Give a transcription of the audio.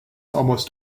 almost